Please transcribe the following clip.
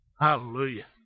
Hallelujah